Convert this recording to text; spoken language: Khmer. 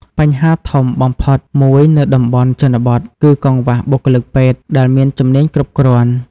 បញ្ហាធំបំផុតមួយនៅតំបន់ជនបទគឺ កង្វះបុគ្គលិកពេទ្យ ដែលមានជំនាញគ្រប់គ្រាន់។